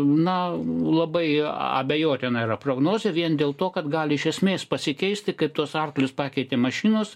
na labai abejotina yra prognozė vien dėl to kad gali iš esmės pasikeisti kaip tuos arklius pakeitė mašinos